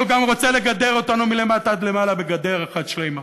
אבל הוא גם רוצה לגדר אותנו מלמטה עד למעלה בגדר אחת שלמה.